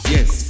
Yes